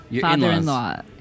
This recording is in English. father-in-law